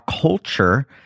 culture